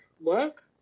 work